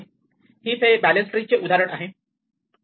heap हे balance tree चे उदाहरण आहे